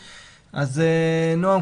נעם,